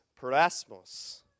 parasmos